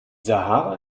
sahara